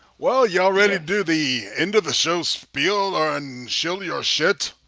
well you already do the end of the show spill on chill your shit